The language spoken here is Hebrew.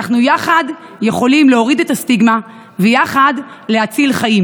שאנחנו יחד יכולים להוריד את הסטיגמה ויחד להציל חיים.